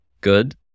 good